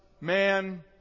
man